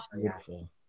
beautiful